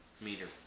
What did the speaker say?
meter